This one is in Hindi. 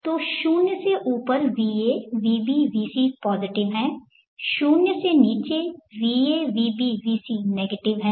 तो 0 से ऊपर va vb vc पॉजिटिव है 0 से नीचे va vb vc नेगेटिव है